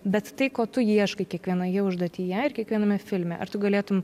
bet tai ko tu ieškai kiekvienoje užduotyje ir kiekviename filme ar tu galėtum